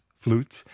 flutes